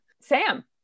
Sam